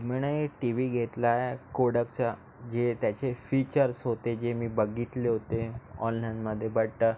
मी ना एक T V घेतलाय कोडकचा जे त्याचे फीचर्स होते जे मी बघितले होते ऑनलाईनमध्ये बटं